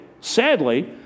sadly